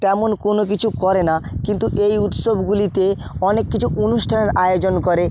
তেমন কোনো কিছু করে না কিন্তু এই উৎসবগুলিতে অনেক কিছু অনুষ্ঠানের আয়োজন করে